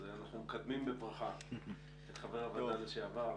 אז אנחנו מקדמים בברכה את חבר הוועדה לשעבר,